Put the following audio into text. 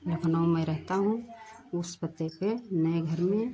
लखनऊ में रहता हूँ उस पते पर नए घर में